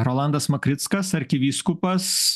rolandas makrickas arkivyskupas